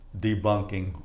debunking